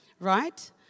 right